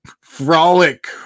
Frolic